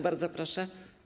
Bardzo proszę.